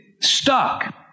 stuck